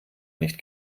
nicht